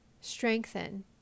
strengthen